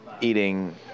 eating